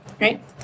right